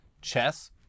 Chess